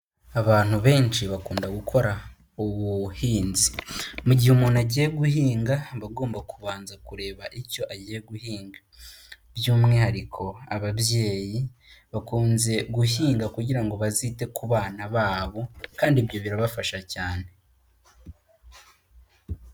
Abantu benshi bakunda gukora ubuhinzi. Mu gihe umuntu agiye guhinga aba agomba kubanza kureba icyo agiye guhinga, by'umwihariko ababyeyi bakunze guhinga kugira ngo bazite ku bana babo, kandi ibyo birabafasha cyane.